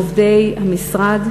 רוצה להודות מכאן לכל עובדי המשרד,